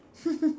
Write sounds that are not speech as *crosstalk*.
*laughs*